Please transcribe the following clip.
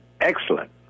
excellent